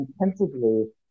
intensively